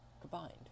combined